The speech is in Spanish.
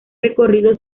recorrido